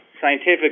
scientific